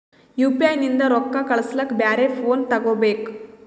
UPI ನಿಂದ ರೊಕ್ಕ ಕಳಸ್ಲಕ ಬ್ಯಾರೆ ಫೋನ ತೋಗೊಬೇಕ?